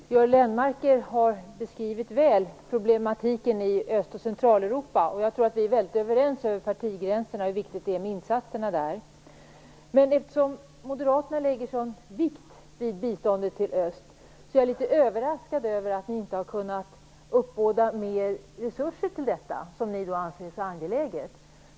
Fru talman! Göran Lennmarker har beskrivit väl problematiken i Öst och Centraleuropa. Jag tror att vi är överens över partigränserna om hur viktigt det är med insatser där. Med tanke på att Moderaterna lägger så stor vikt vid biståndet till öst är jag litet överraskad över att de inte kunnat uppbåda mer resurser till detta, som ni anser vara så angeläget.